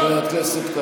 גם המפלגה שלך דמוקרטית?